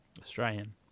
Australian